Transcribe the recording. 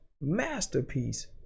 masterpiece